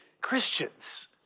Christians